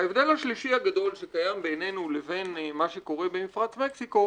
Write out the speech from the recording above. וההבדל השלישי הגדול שקיים בינינו לבין מה שקורה במפרץ מקסיקו,